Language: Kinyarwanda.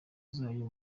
zayo